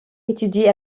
étudie